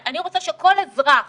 אני רוצה שכל אזרח